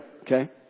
okay